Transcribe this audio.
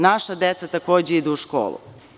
Naša deca takođe idu u školu.